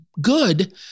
good